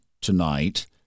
tonight